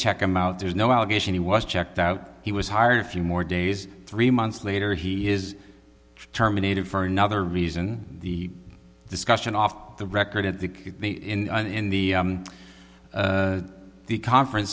check him out there's no allegation he was checked out he was hired a few more days three months later he is terminated for another reason the discussion off the record at the in the conference